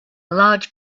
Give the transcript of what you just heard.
large